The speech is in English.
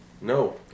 No